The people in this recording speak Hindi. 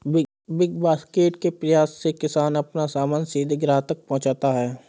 बिग बास्केट के प्रयास से किसान अपना सामान सीधे ग्राहक तक पहुंचाता है